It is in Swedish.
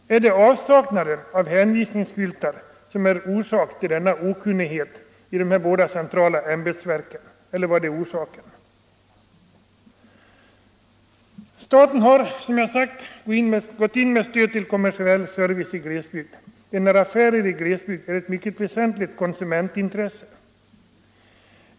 Är det avsaknaden av hänvisningsskyltar som är orsak till denna okunnighet hos de båda centrala ämbetsverken? Eller vad är orsaken? Staten har, som jag sagt, gått in med stöd till kommersiell service i glesbygd, enär affärer i glesbygd är ett mycket väsentligt konsumentintresse.